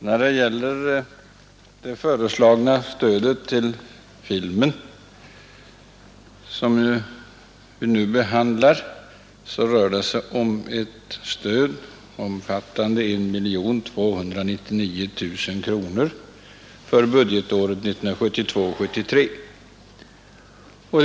Herr talman! Det föreslagna statliga filmstödet som vi nu behandlar omfattar 1299 000 kronor för budgetåret 1972/73.